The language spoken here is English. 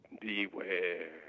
Beware